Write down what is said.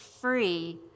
free